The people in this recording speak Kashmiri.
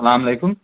اسلام علیکُم